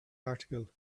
article